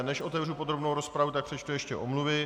Než otevřu podrobnou rozpravu, přečtu ještě omluvy.